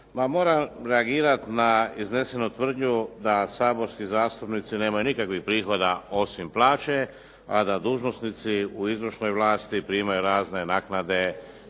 moram reagirati na iznesenu tvrdnju da saborski zastupnici nemaju nikakvih prihoda osim plaće, a da dužnosnici u izvršnoj plaći primaju razne naknade